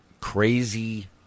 Crazy